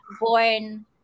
born